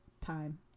time